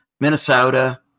Minnesota